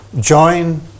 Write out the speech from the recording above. join